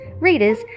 readers